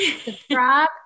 subscribe